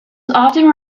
often